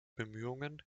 bemühungen